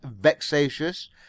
vexatious